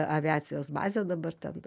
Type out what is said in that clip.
aviacijos bazė dabar ten